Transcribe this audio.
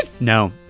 No